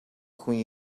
хүн